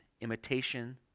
imitation